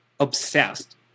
obsessed